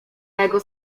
mego